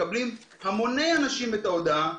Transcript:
המוני אנשים מקבלים את ההודעה,